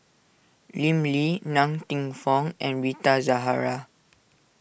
Lim Lee Ng Teng Fong and Rita Zahara